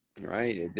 right